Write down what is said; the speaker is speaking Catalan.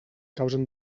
causen